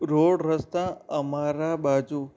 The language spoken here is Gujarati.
રોડ રસ્તા અમારા બાજુ